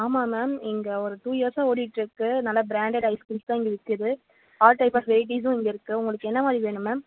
ஆமாம் மேம் இங்கே ஒரு டூ இயர்ஸாக ஓடிகிட்ருக்கு நல்லா ப்ராண்டட் ஐஸ்க்ரீம்ஸ்தான் இங்கே விற்கிது ஆல் டைப் ஆஃப் வெரைட்டிஸ்ஸும் இங்கே இருக்குது உங்களுக்கு என்ன மாதிரி வேணும் மேம்